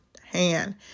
hand